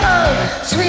Sweet